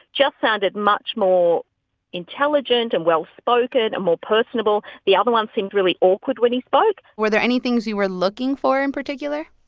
just sounded much more intelligent and well-spoken and more personable. the other one seemed really awkward when he spoke were there any things you were looking for in particular?